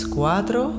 cuatro